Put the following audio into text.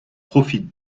profite